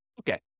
Okay